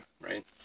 right